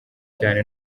cyane